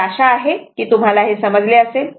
तर आशा आहे की तुम्हाला हे समजले असेल